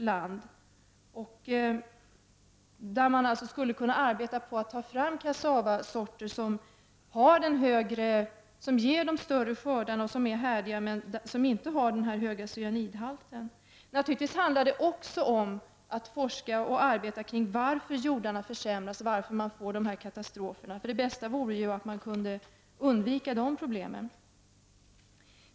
Vi skulle kunna arbeta på att ta fram kassavasorter som ger stora skördar, är härdiga men inte har den höga cyanidhalten. Naturligtvis handlar det också om forskning och arbete om varför jordarna försämras och varför det blir katastrofer. Det bästa vore om man kunde undvika dessa problem.